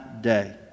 day